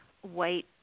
white